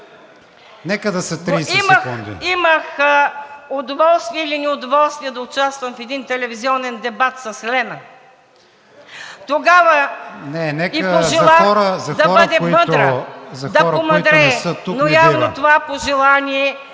Нека да са 30 секунди.